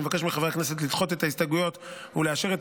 אני מבקש מחברי הכנסת לדחות את ההסתייגויות ולאשר את